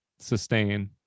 Sustain